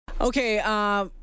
Okay